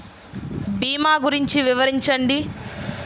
భీమా గురించి వివరించండి?